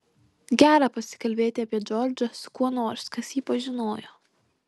gera pasikalbėti apie džordžą su kuo nors kas jį pažinojo